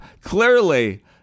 clearly